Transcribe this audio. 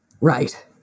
Right